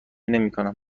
نمیکنم